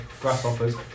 Grasshoppers